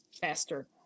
faster